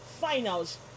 finals